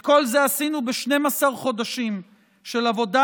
את כל זה עשינו ב-12 חודשים של עבודה